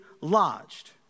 lodged